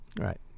Right